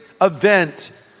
event